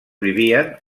vivien